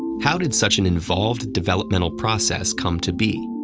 how did such an involved developmental process come to be?